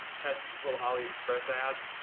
test these little aliexpress ads,